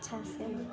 अच्छा से